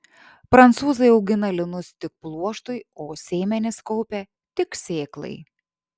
prancūzai augina linus tik pluoštui o sėmenis kaupia tik sėklai